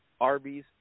Arby's